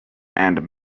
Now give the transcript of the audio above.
and